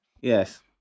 Yes